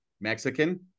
mexican